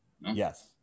Yes